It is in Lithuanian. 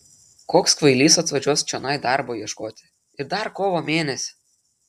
koks kvailys atvažiuos čionai darbo ieškoti ir dar kovo mėnesį